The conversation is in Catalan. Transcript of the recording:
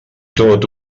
tot